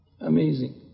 Amazing